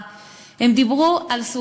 הם דיברו על הורדת גיל הבחירה.